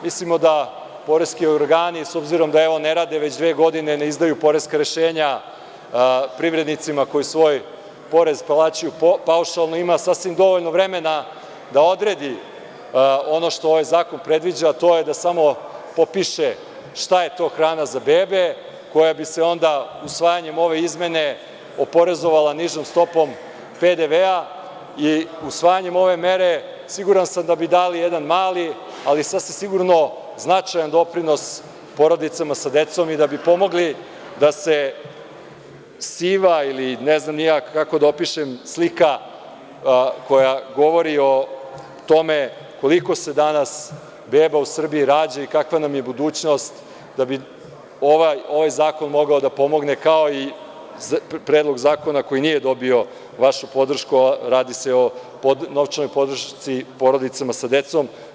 Mislimo da poreski organi, s obzirom da ne rade već dve godine, ne izdaju poreska rešenja privrednicima koji svoj porez plaćaju paušalno, ima sasvim dovoljno vremena da odredi ono što ovaj zakon predviđa, a to je da samo potpiše šta je to hrana za bebe koja bi se onda usvajanjem ove izmene oporezovala nižom stopom PDV i usvajanjem ove mere, siguran sam da bi dali jedan mali, ali sasvim sigurno značajan doprinos porodicama sa decom i da bi pomogli da se siva ili ne znam ni ja kako da opišem slika, koja govori o tome koliko se danas beba u Srbiji rađa i kakva nam je budućnost, da bi ovaj zakon mogao da pomogne, kao i Predlog zakona koji nije dobio vašu podršku, a radi se o novčanoj podršci porodicama sa decom.